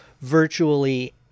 virtually